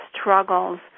struggles